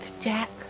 Jack